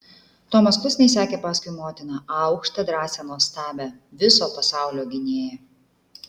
tomas klusniai sekė paskui motiną aukštą drąsią nuostabią viso pasaulio gynėją